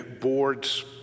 boards